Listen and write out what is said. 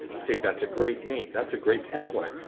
say that's a great name, that's a great tagline.